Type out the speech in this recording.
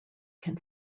can